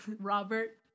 Robert